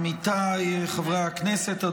עמיתיי חברי הכנסת,